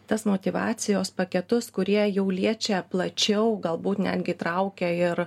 tas motyvacijos paketus kurie jau liečia plačiau galbūt netgi įtraukia ir